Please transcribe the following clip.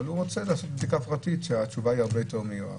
אבל הוא רוצה לעשות בדיקה פרטית שהתשובה היא הרבה יותר מהיר,